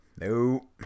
No